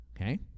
Okay